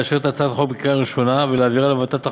לאשר את הצעת החוק בקריאה ראשונה ולהעבירה לוועדת החוקה,